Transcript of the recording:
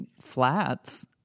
flats